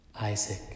Isaac